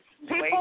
People